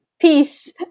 Peace